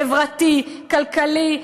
חברתי וכלכלה.